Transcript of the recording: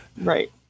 right